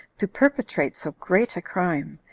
to perpetrate so great a crime,